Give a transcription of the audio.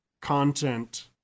content